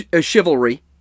chivalry